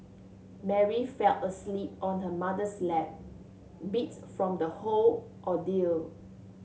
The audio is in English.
Mary fell asleep on her mother's lap beat from the whole ordeal